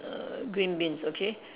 err green beans okay